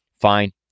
Fine